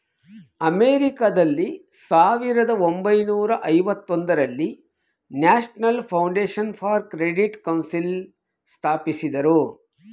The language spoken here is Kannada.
ಅಮೆರಿಕಾದಲ್ಲಿ ಸಾವಿರದ ಒಂಬೈನೂರ ಐವತೊಂದರಲ್ಲಿ national foundation for credit council ಸ್ಥಾಪಿಸಿದರು